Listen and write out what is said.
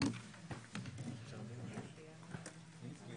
והצביעו עבורי ליו"ר ועדת הפנים של הכנסת.